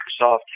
Microsoft